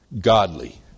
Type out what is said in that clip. godly